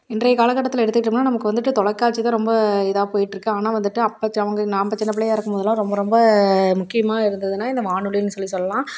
இன்றைய காலக்கட்டத்தில் எடுத்துக்கிட்டோம்னா நமக்கு வந்துவிட்டு தொலைக்காட்சி தான் ரொம்ப இதாக போயிட்டு இருக்கு ஆனால் வந்துவிட்டு அப்போ த அவங்க நம்ப சின்னப்பிள்ளையாக இருக்கும் போதெல்லாம் ரொம்ப ரொம்ப முக்கியமாக இருந்ததுன்னா இந்த வானொலின்னு சொல்லி சொல்லலாம்